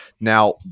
Now